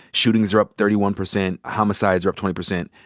shootings are up thirty one percent, homicides are up twenty percent.